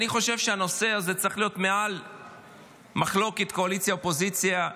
אני חושב שהנושא הזה צריך להיות מעל למחלוקת קואליציה אופוזיציה.